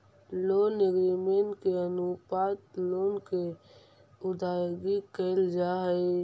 loan agreement के अनुरूप loan के अदायगी कैल जा हई